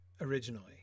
originally